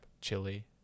chili